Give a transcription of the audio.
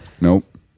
Nope